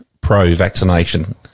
pro-vaccination